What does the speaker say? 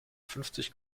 fünfzig